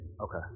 Okay